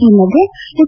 ಈ ಮಧ್ಯೆ ಎಚ್